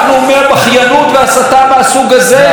רק נאומי בכיינות והסתה מהסוג הזה?